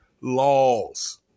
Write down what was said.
laws